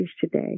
today